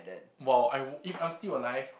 !wow! I if I'm still alive